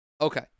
okay